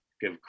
give